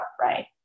right